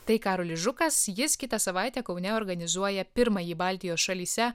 tai karolis žukas jis kitą savaitę kaune organizuoja pirmąjį baltijos šalyse